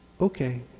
Okay